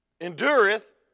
Endureth